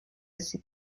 ses